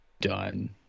done